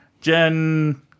Jen